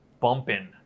bumping